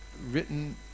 written